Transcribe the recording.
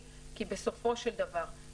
שאין בו קואליציה